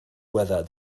whether